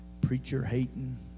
preacher-hating